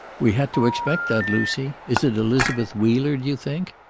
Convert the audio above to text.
we had to expect that, lucy. is it elizabeth wheeler, do you think?